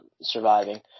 surviving